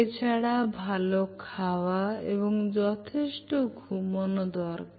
এছাড়া ভালো খাওয়া এবং যথেষ্ট ঘুমানো দরকার